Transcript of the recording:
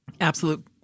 Absolute